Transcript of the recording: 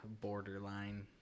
Borderline